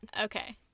Okay